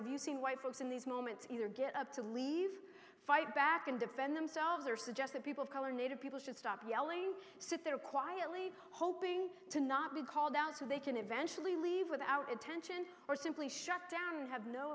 have you seen white folks in these moments either get up to leave fight back and defend themselves or suggest that people of color native people should stop yelling sit there quietly hoping to not be called out so they can eventually leave without attention or simply shut down and have no